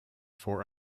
for